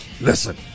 Listen